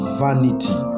vanity